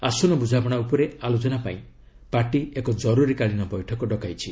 ଆସନ ବୁଝାମଣା ଉପରେ ଆଲୋଚନା ପାଇଁ ପାର୍ଟି ଏକ ଜରୁରୀକାଳୀନ ବୈଠକ ଡକାଇଛି